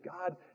God